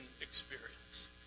experience